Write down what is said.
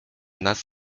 nad